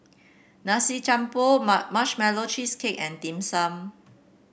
Nasi Campur Marshmallow Cheesecake and Dim Sum